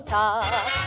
top